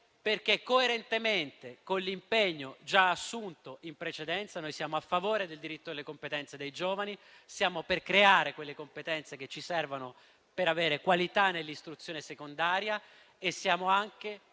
perché, coerentemente con l'impegno già assunto in precedenza, noi siamo a favore del diritto alle competenze dei giovani, siamo per creare le competenze che ci servono per avere qualità nell'istruzione secondaria e siamo anche